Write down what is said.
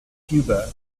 cuba